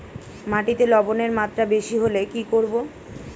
মাটিতে লবণের মাত্রা বেশি হলে কি করব?